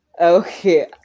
okay